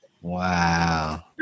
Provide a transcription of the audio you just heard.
Wow